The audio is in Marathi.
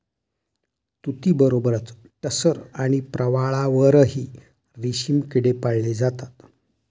तुतीबरोबरच टसर आणि प्रवाळावरही रेशमी किडे पाळले जातात